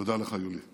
תודה לך, יולי.